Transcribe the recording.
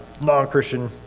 non-Christian